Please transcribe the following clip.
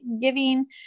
giving